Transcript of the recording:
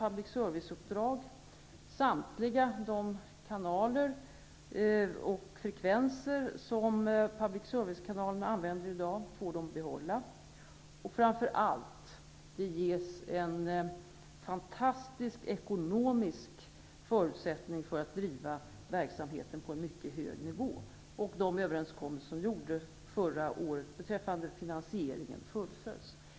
Public service-kanalerna får behålla samtliga de kanaler och frekvenser som de i dag använder. Framför allt ges fantastiska ekonomiska förutsättningar för att driva verksamheten på en mycket hög nivå, och de överenskommelser som träffades förra året beträffande finansieringen fullföljs.